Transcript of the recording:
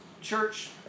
church